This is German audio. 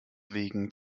wegen